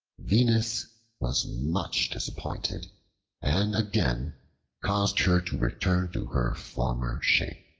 venus was much disappointed and again caused her to return to her former shape.